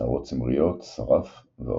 שערות צמריות, שרף, ועוד.